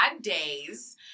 days